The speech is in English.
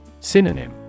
Synonym